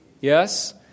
Yes